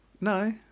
No